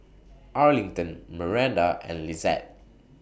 Arlington Maranda and Lizette